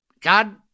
God